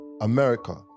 America